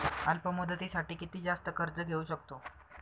अल्प मुदतीसाठी किती जास्त कर्ज घेऊ शकतो?